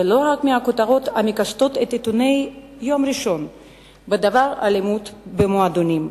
ולא רק בכותרות המקשטות את עיתוני יום ראשון בדבר אלימות במועדונים,